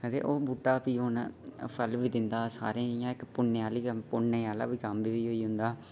ओह् बूह्टा फ्ही हून फल बी दिंदा सारेंगी फ्ही ते इ'यां इक पुण्य आह्ला कम्म बी होई जंदा